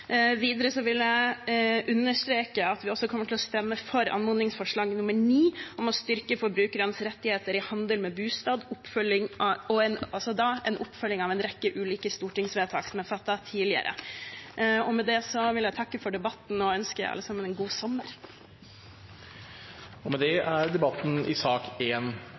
Videre vil jeg understreke at vi også kommer til å stemme for forslag til anmodningsvedtak IX, om «å styrke forbrukernes rettigheter i handel med bolig» og oppfølgingen av en rekke ulike stortingsvedtak som er fattet tidligere. Med det vil jeg takke for debatten og ønske alle en god sommer! Flere har ikke bedt om ordet til sak nr. 1. Sakene nr. 2–30 er